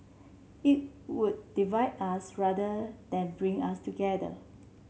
it would divide us rather than bring us together